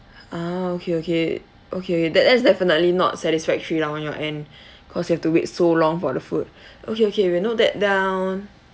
ah okay okay okay that~ that's definitely not satisfactory lah on your end cause you have to wait so long for the food okay okay will note that down